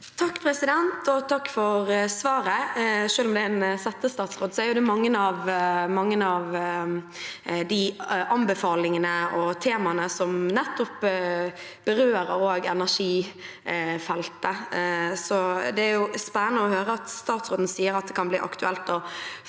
(R) Takk for svaret. Selv om det er en settestatsråd, er det mange av de anbefalingene og temaene som nettopp berører også energifeltet. Det er spennende å høre at statsråden sier at det kan bli aktuelt